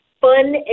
fun